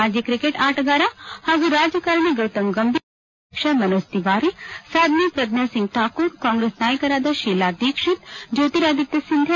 ಮಾಜಿ ಕ್ರಿಕೆಟ್ ಆಟಗಾರ ಹಾಗೂ ರಾಜಕಾರಿಣಿ ಗೌತಮ್ ಗಂಭೀರ್ ದೆಹಲಿ ಬಿಜೆಪಿ ಅಧ್ಯಕ್ಷ ಮನೋಜ್ ತಿವಾರಿ ಸಾದ್ನಿ ಪ್ರಜ್ಞಾಸಿಂಗ್ ಠಾಕೂರ್ ಕಾಂಗ್ರೆಸ್ ನಾಯಕರಾದ ಶೀಲಾದೀಕ್ಷಿತ್ ಜ್ನೋತಿರಾದಿತ್ನ ಸಿಂದ್ಲ